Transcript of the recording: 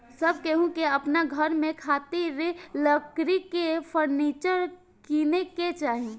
सब केहू के अपना घर में खातिर लकड़ी के फर्नीचर किने के चाही